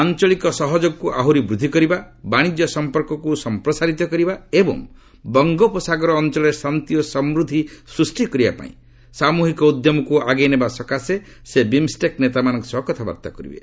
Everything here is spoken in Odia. ଆଞ୍ଚଳିକ ସହଯୋଗକୁ ଆହୁରି ବୃଦ୍ଧି କରିବା ବାଣିଜ୍ୟ ସଂପର୍କକୁ ସଂପ୍ରସାରିତ କରିବା ଏବଂ ବଙ୍ଗୋପସାଗର ଅଞ୍ଚଳରେ ଶାନ୍ତି ଓ ସମୂଦ୍ଧି ସୃଷ୍ଟି କରିବା ପାଇଁ ସାମୂହିକ ଉଦ୍ୟମକୁ ଆଗେଇ ନେବା ସକାଶେ ସେ ବିମ୍ଷ୍ଟେକ୍ ନେତାମାନଙ୍କ ସହ କଥାବାର୍ତ୍ତା କରିବେ